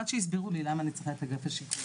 עד שהסבירו לי למה אני צריכה את אגף השיקום.